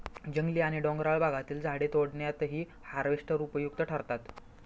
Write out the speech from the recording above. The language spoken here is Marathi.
जंगली आणि डोंगराळ भागातील झाडे तोडण्यातही हार्वेस्टर उपयुक्त ठरतात